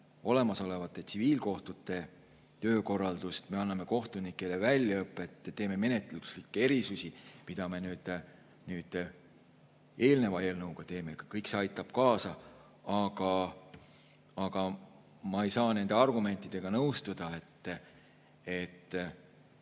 olemasolevate tsiviilkohtute töökorraldust, anname kohtunikele väljaõpet, teeme menetluslikke erisusi, mida me eelneva eelnõuga teeme. Kõik see aitab kaasa. Aga ma ei saa nõustuda nende argumentidega, et